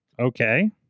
Okay